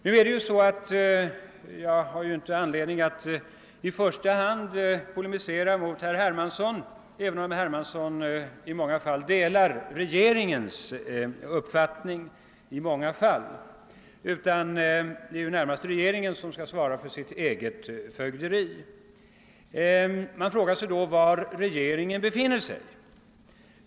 Nu har ju jag inte anledning att i första hand polemisera mot herr Hermansson, även om herr Hermansson i många fall delar regeringens uppfattning, utan det är närmast regeringens sak att svara för sitt eget fögderi. Man frågar sig då, var regeringen befinner sig.